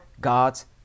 God's